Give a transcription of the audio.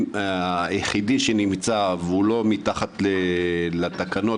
לא רוצה לדבר איתי.